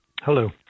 Hello